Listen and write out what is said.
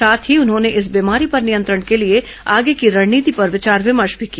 साथ ही उन्होंने इस बीमारी पर नियंत्रण के लिए आगे की रणनीति पर विचार विमर्श भी किया